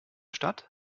stadt